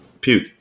puke